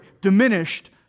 diminished